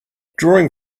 drawing